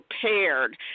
prepared